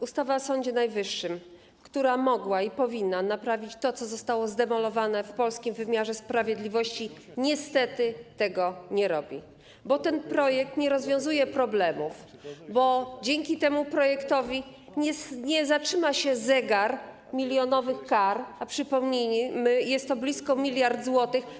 Ustawa o Sądzie Najwyższym, która mogła i powinna naprawić to, co zostało zdemolowane w polskim wymiarze sprawiedliwości, niestety tego nie robi, bo ten projekt nie rozwiązuje problemów, bo dzięki temu projektowi nie zatrzyma się zegar milionowych kar, a przypomnijmy, że jest to blisko 1 mld zł.